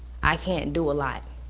i can't do a lot.